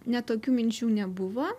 ne tokių minčių nebuvo